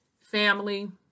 Family